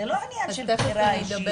זה לא עניין של בחירה אישית.